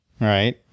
right